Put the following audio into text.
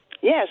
Yes